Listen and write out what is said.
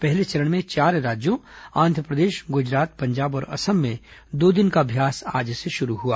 पहले चरण में चार राज्यों आंध्र प्रदेश गुजरात पंजाब और असम में दो दिन का अभ्यास आज से शुरू हो गया